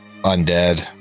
undead